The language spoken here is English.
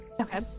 Okay